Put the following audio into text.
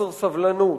חוסר סבלנות,